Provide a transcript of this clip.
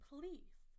Please